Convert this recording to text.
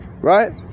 right